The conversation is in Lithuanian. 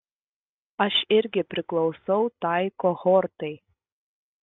aš irgi priklausau tai kohortai